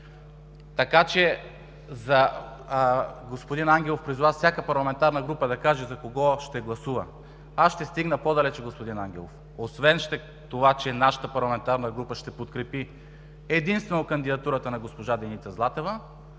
изказване. Господин Ангелов призова всяка парламентарна група да каже за кого ще гласува. Аз ще стигна по-далече, господин Ангелов. Освен това, че нашата парламентарна група ще подкрепи единствено кандидатурата на госпожа Деница Златева,